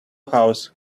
house